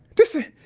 this ain't,